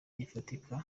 gifatika